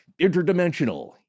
interdimensional